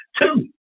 two